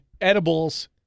edibles